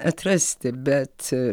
atrasti bet